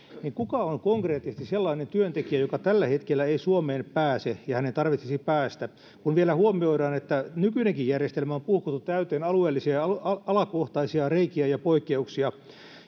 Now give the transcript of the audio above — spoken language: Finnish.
niin kuka on konkreettisesti sellainen työntekijä joka tällä hetkellä ei suomeen pääse ja jonka tarvitsisi päästä kun vielä huomioidaan että nykyinenkin järjestelmä on puhkottu täyteen alueellisia ja alakohtaisia reikiä ja poikkeuksia